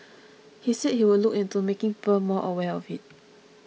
he said he would look into making people more aware of it